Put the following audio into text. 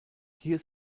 hier